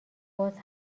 باز